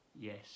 yes